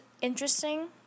interesting